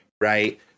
Right